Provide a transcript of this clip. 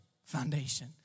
Foundation